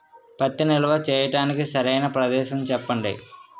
పత్తి నిల్వ చేయటానికి సరైన ప్రదేశం చెప్పండి?